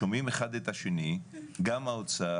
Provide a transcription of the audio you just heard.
שומעים אחד את השני, גם האוצר